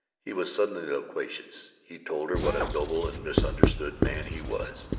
he was suddenly loquacious he told her what a noble and misunderstood man he was,